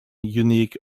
unique